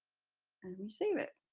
and we save it.